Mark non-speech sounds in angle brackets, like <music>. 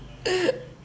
<noise>